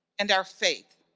and our faith.